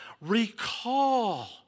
recall